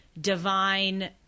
divine